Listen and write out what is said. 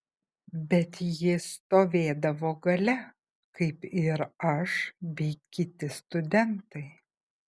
bet ji stovėdavo gale kaip ir aš bei kiti studentai